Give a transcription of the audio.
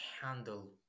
handle